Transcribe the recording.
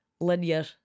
linear